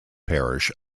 parish